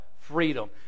freedom